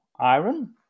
iron